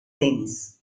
tenis